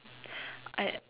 I